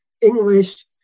English